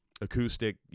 acoustic